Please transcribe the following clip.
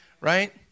right